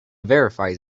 verify